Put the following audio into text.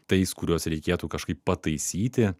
tais kuriuos reikėtų kažkaip pataisyti